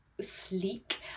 sleek